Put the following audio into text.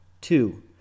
Two